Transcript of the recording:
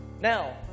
Now